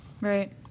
Right